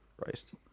Christ